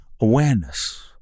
awareness